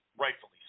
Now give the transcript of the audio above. rightfully